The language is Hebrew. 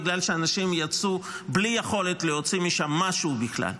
בגלל שאנשים יצאו בלי יכולת להוציא משם משהו בכלל.